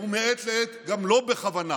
ומעת לעת גם לא בכוונה,